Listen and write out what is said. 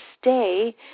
stay